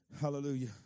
Hallelujah